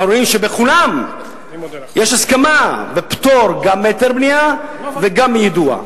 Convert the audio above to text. אנחנו רואים שבכולן יש הסכמה ופטור גם מהיתר בנייה וגם מיידוע.